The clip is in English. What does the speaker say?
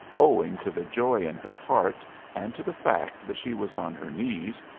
owing to the joy in her heart and to the fact that she was on her knees,